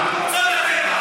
כצאן לטבח.